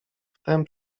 wtem